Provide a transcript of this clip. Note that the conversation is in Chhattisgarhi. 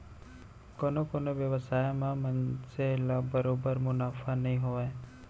कोनो कोनो बेवसाय म मनसे ल बरोबर मुनाफा नइ होवय